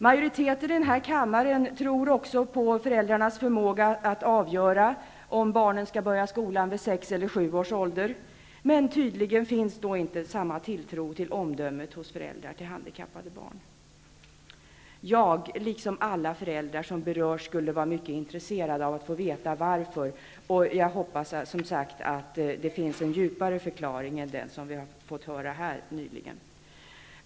Majoriteten i den här kammaren tror också på föräldrarnas förmåga att avgöra om barnet skall börja skolan vid 6 eller vid 7 års ålder. Tydligen finns inte samma tilltro till omdömet hos föräldrar till handikappade barn. Jag, liksom alla föräldrar som berörs, skulle vara mycket intresserade av att få veta varför. Jag hoppas att det finns en djupare förklaring än den som vi här nyligen har fått höra.